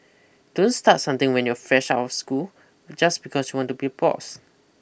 don't start something when you're fresh of school just because you want to be boss